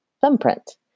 thumbprint